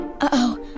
Uh-oh